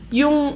yung